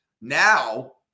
Now